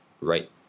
right